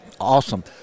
awesome